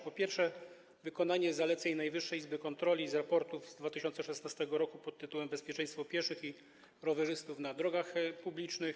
Po pierwsze, wykonanie zaleceń Najwyższej Izby Kontroli z raportów z 2016 r. pt. „Bezpieczeństwo pieszych i rowerzystów na drogach publicznych”